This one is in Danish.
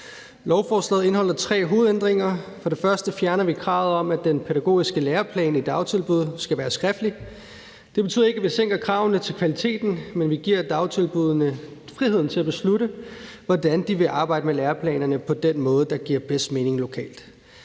Lovforslaget indeholder tre hovedændringer. For det første fjerner vi kravet om, at den pædagogiske læreplan i dagtilbud skal være skriftlig. Det betyder ikke, at vi sænker kravene til kvaliteten, men vi giver dagtilbuddene friheden til at beslutte, hvordan de vil arbejde med læreplanerne på den måde, der giver bedst mening lokalt.